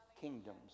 kingdoms